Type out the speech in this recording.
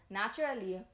naturally